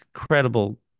incredible